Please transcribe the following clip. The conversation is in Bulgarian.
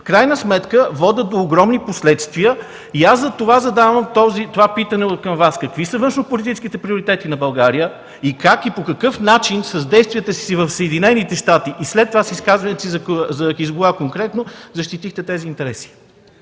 в крайна сметка водят до огромни последствия. Затова задавам питането към Вас: какви са външнополитическите приоритети на България? Как и по какъв начин с действията си в Съединените щати и след това с изказването си конкретно за „Хизбула” защитихте тези интереси?